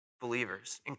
believers